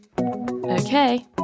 Okay